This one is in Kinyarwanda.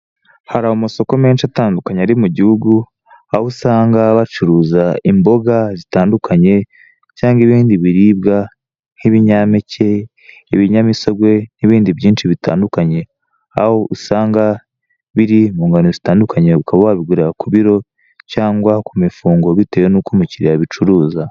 Hari amasoko menshi atandukanye ari mu gihugu, aho usanga baba bacuruza imboga zitandukanye, cyangwa ibindi biribwa, nk'ibinyampeke, ibinyamisogwe, n'ibindi byinshi bitandukanye, aho usanga biri mu ngano zitandukanye, ukaba wabigura ku biro cyangwa ku mifungo bitewe n'uko umukiliya abicuruza